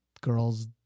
girls